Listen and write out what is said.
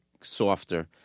softer